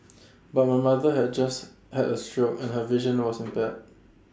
but my mother had just had A stroke and her vision was impaired